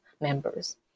members